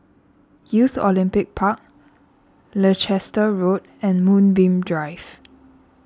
Youth Olympic Park Leicester Road and Moonbeam Drive